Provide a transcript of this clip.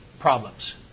problems